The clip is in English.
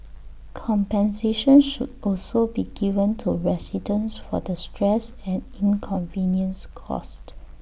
compensation should also be given to residents for the stress and inconvenience caused